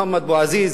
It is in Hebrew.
מוחמד בועזיזי,